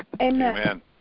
Amen